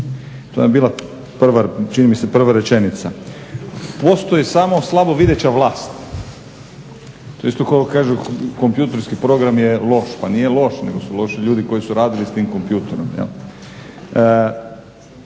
vam je bila prva čini mi se prva rečenica. Postoji samo slabovideća vlast. To je isto kao kad kažu kompjuterski program je loš. Pa nije loš nego su loši ljudi koji su radili s tim kompjuterom.